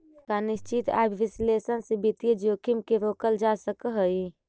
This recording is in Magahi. का निश्चित आय विश्लेषण से वित्तीय जोखिम के रोकल जा सकऽ हइ?